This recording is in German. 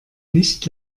nicht